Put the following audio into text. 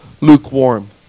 lukewarm